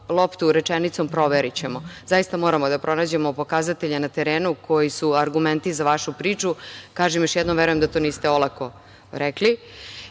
loptu rečenicom – proverićemo. Zaista, moramo da pronađemo pokazatelje na terenu koji su argumenti za vašu priču. Kažem još jednom verujem da to niste olako rekli. To